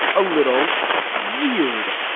a little weird.